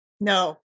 No